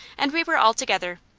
and we were all together,